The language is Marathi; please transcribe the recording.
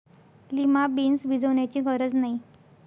लिमा बीन्स भिजवण्याची गरज नाही